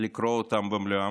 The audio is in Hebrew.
לקרוא אותם במלואם.